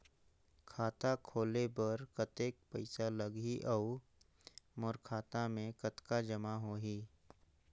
खाता खोले बर कतेक पइसा लगही? अउ मोर खाता मे कतका जमा होही?